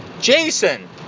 Jason